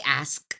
ask